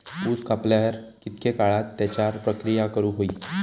ऊस कापल्यार कितके काळात त्याच्यार प्रक्रिया करू होई?